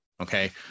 Okay